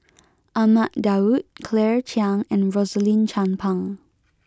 Ahmad Daud Claire Chiang and Rosaline Chan Pang